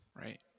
Right